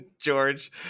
George